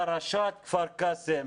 פרשת כפר קאסם,